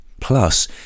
Plus